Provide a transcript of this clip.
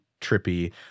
trippy